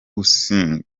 gusiganwa